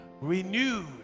renewed